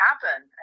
happen